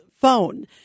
phone